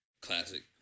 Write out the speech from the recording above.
classic